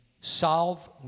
solve